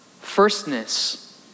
firstness